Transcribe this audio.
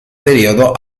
periodo